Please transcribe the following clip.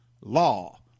law